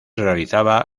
realizaba